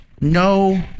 no